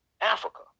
Africa